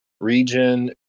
region